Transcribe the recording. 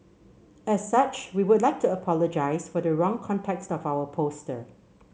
as such we would like to apologise for the wrong context of our poster